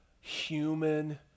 human